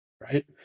right